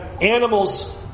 animals